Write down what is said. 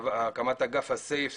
אגף הסייף,